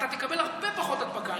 אתה תקבל הרבה פחות הדבקה.